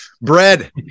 bread